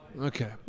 Okay